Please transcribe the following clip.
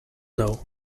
know